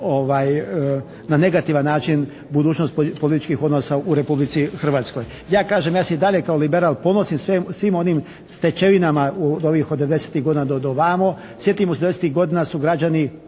na negativan način budućnost političkih odnosa u Republici Hrvatskoj. Ja kažem ja se i dalje kao liberal ponosim svim onim stečevinama u ovih od '90.-ih godina do ovamo. Sjetimo se, '90.-ih godina su građani